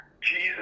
Jesus